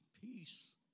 peace